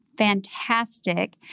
fantastic